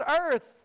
earth